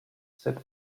said